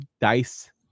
Dice